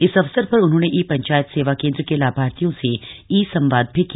इस अवसर पर उन्होंने ई पंचायत सेवा केन्द्र के लाभार्थियों से ई संवाद भी किया